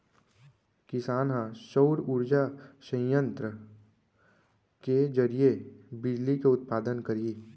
किसान ह सउर उरजा संयत्र के जरिए म बिजली के उत्पादन करही